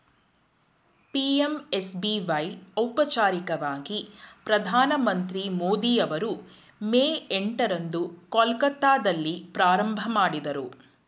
PMSBY ಔಪಚಾರಿಕವಾಗಿ ಪ್ರಧಾನಮಂತ್ರಿ ಮೋದಿ ಅವರು ಮೇ ಎಂಟ ರಂದು ಕೊಲ್ಕತ್ತಾದಲ್ಲಿ ಪ್ರಾರಂಭಮಾಡಿದ್ರು